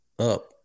up